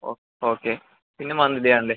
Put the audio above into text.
ഓ okay പിന്നെ monthly ആണ് അല്ലേ